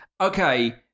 okay